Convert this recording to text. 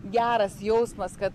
geras jausmas kad